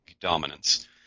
dominance